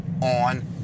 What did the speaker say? on